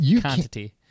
Quantity